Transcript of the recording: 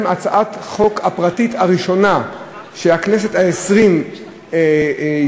הצעת החוק הפרטית הראשונה שהכנסת העשרים הציעה,